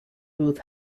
booth